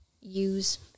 use